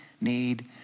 need